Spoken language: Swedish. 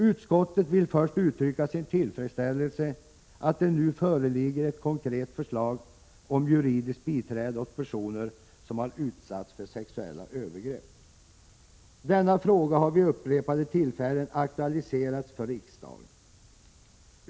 Utskottet vill först uttrycka sin tillfredsställelse med att det nu föreligger ett konkret förslag om juridiskt biträde åt personer som har utsatts för sexuella övergrepp. Denna fråga har vid upprepade tillfällen aktualiserats för riksdagen.